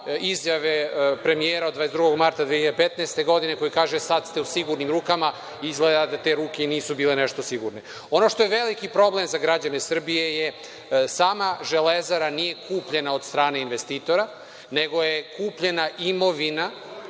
izjave premijera od 22. marta 2015. godine, koji kaže – sada ste u sigurnim rukama. Izgleda da te ruke i nisu nešto bile sigurne. Ono što je veliki problem za građane Srbije je sama „Železara“ nije kupljena od strane investitora nego je kupljena imovina